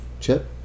Chip